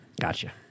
Gotcha